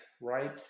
right